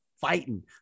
fighting